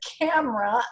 camera